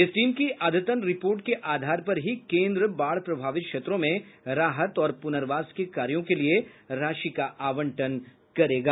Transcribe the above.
इस टीम की अद्यतन रिपोर्ट के आधार पर ही केन्द्र बाढ़ प्रभावित क्षेत्रों में राहत और पुर्नवास के कार्यो के लिये राशि का आवंटन करेगी